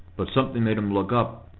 but something made him look up,